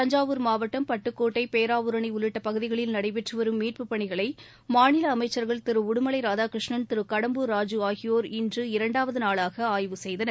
தஞ்சாவூர் மாவட்டம் பட்டுக்கோட்டை பேராவூரணிஉள்ளிட்டபகுதிகளில் நடைபெற்றுவரும் மீட்புப் பணிகளைமாநிலஅமைச்சர்கள் திருஉடுமலைராதாகிருஷ்ணன் திருகடம்பூர் ராஜூ ஆகியோர் இன்று இரண்டாவதுநாளாகஆய்வு செய்தனர்